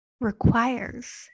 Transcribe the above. requires